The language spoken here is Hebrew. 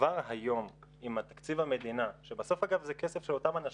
שבסוף אגב זה כסף של אותם אנשים,